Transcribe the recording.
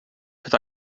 het